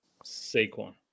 Saquon